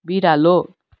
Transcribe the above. बिरालो